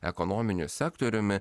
ekonominiu sektoriumi